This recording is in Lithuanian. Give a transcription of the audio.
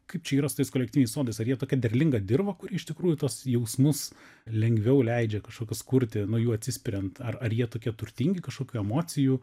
kaip čia yra su tais kolektyviniais sodais ar jie tokią derlingą dirvą kuria iš tikrųjų tuos jausmus lengviau leidžia kažkokius kurti nuo jų atsispiriant ar ar jie tokie turtingi kažkokių emocijų